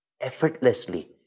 effortlessly